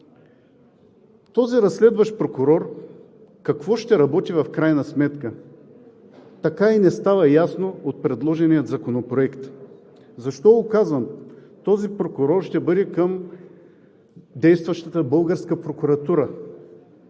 този разследващ прокурор в крайна сметка? Така и не става ясно от предложения законопроект. Защо го казвам? Този прокурор ще бъде към действащата българска прокуратура,